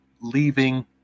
leaving